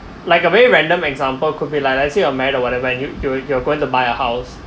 like a very random example could be like let's say you're married or whatever you you you are going to buy a house